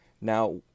now